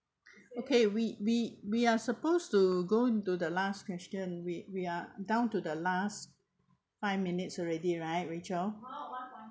okay we we we are suppose to go into the last question we we are down to the last five minutes already right rachel